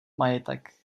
majetek